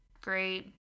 great